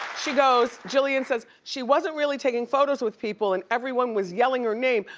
she goes, jillian says, she wasn't really taking photos with people and everyone was yelling her name,